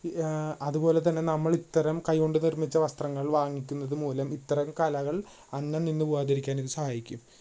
അതുപോലെ തന്നെ നമ്മൾ ഇത്തരം കയ്യോണ്ട് നിർമിച്ച വസ്ത്രങ്ങൾ വാങ്ങിക്കുന്നതു മൂലം ഇത്തരം കലകൾ അന്യം നിന്ന് പോവാതിരിക്കാൻ ഇത് സഹായിക്കും